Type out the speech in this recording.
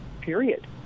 period